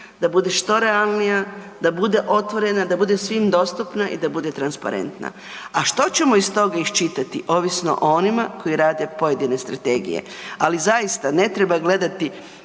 da bude što realnija, da bude otvorena, da bude svim dostupna i da bude transparentna. A što ćemo iz toga iščitati, ovisno o onima koji rade pojedine strategije. Ali zaista, ne treba gledati